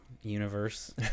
universe